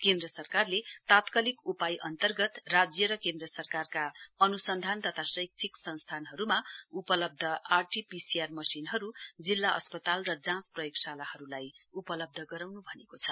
केन्द्र सरकारले तात्कालिक उपाजय अन्तर्गत राज्य र केन्द्र सरकारका अन्सन्धान तथा शैक्षिक संस्थानहरूमा उपलब्ध आरटीपीसीआर मिशनहरू जिल्ला अस्पताल र जाँच प्रयोग शालाहरूलाई उपलब्ध गराउनप भनेको छ